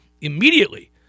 immediately